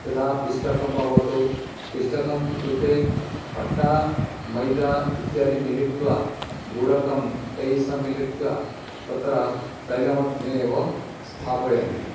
यदा पिष्टकं भवतु पिष्टकम् इत्युक्ते अट्टा मैदा इत्यादि मिलित्वा गुडकं तैस्स मिलित्वा तत्र तैलमध्ये एव स्थापयन्ति